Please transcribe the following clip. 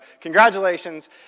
congratulations